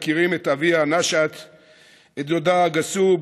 מכירים את אביה נשאת ואת דודה גסוב,